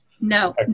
No